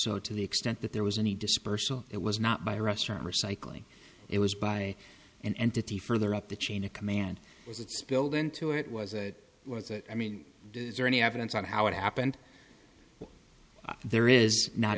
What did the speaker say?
so to the extent that there was any dispersal it was not by restaurant recycling it was by an entity further up the chain of command is it spilled into it was i mean is there any evidence on how it happened there is not